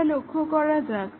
এটা লক্ষ্য করা যাক